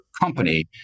company